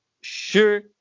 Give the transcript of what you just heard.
sure